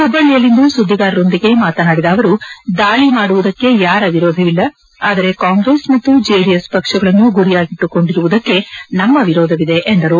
ಹುಬ್ಬಳ್ಳಿಯಲ್ಲಿಂದು ಸುದ್ದಿಗಾರರೊಂದಿಗೆ ಮಾತನಾಡಿದ ಅವರು ದಾಳಿ ಮಾಡುವುದಕ್ಕೆ ಯಾರ ವಿರೋಧವಿಲ್ಲ ಆದರೆ ಕಾಂಗ್ರೆಸ್ ಮತ್ತು ಜೆಡಿಎಸ್ ಪಕ್ಷಗಳನ್ನು ಗುರಿಯಾಗಿಟ್ಟುಕೊಂಡಿರುವುದಕ್ಕೆ ನಮ್ಮ ವಿರೋಧವಿದೆ ಎಂದರು